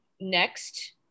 next